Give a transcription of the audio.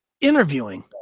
interviewing